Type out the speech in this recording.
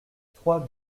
trois